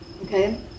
okay